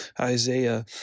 Isaiah